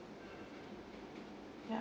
ya